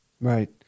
Right